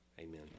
Amen